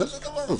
מה זה הדבר הזה?